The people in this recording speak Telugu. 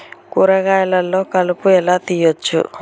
కూరగాయలలో కలుపు ఎలా తీయచ్చు?